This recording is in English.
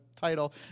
title